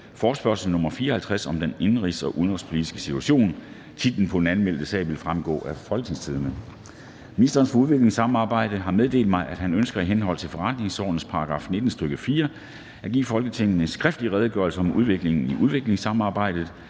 oplyse om den indenrigs- og udenrigspolitiske situation?). Titlen på den anmeldte sag vil fremgå af www.folketingstidende.dk (jf. ovenfor). Ministeren for udviklingssamarbejde (Flemming Møller Mortensen) har meddelt mig, at han ønsker i henhold til forretningsordenens § 19, stk. 4, at give Folketinget en skriftlig Redegørelse om udviklingen i udviklingssamarbejdet.